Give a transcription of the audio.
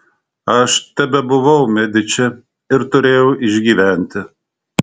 aš tebebuvau mediči ir turėjau išgyventi